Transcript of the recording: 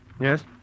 Yes